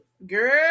girl